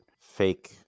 fake